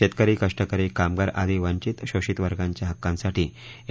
शेतकरी कष्टकरी कामगार आदी वखित शोषित वर्गाच्या हक्काछीठी एन